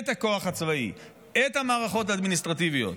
את הכוח הצבאי, את המערכות האדמיניסטרטיביות.